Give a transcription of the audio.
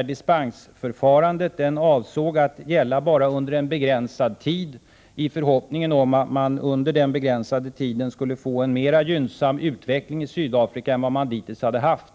att dispensförfarandet avsågs gälla bara under en begränsad tid, i förhoppningen om att man under denna tid skulle få en mera gynnsam utveckling i Sydafrika än man dittills haft.